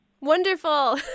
Wonderful